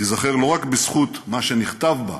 תיזכר לא רק בזכות מה שנכתב בה,